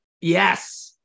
yes